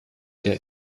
der